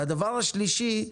והדבר השלישי,